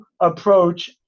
approach